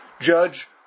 judge